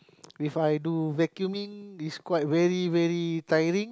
if I do vacuuming is quite very very tiring